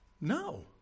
No